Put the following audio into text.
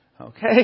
Okay